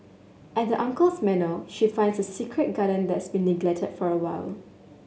at uncle's manor she finds a secret garden that's been neglected for a while